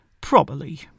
properly